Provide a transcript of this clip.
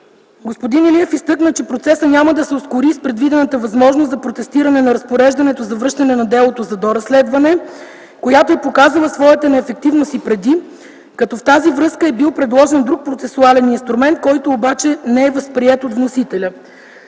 Господин Илиев изтъкна, че процесът няма да се ускори и с предвидената възможност за протестиране на разпореждането за връщането на делото за доразследване, която е показала своята неефективност и преди, като в тази връзка е бил предложен друг процесуален инструмент, който обаче не е възприет от вносителя.